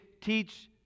teach